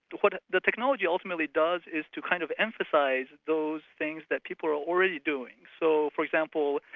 what the technology ultimately does is to kind of emphasise those things that people are already doing. so for example,